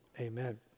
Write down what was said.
Amen